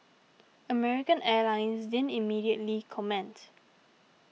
American Airlines didn't immediately comment